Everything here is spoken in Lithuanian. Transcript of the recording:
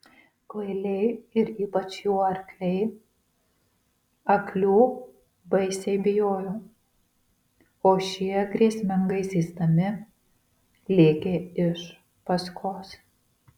kvailiai ir ypač jų arkliai aklių baisiai bijojo o šie grėsmingai zyzdami lėkė iš paskos